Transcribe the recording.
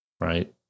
Right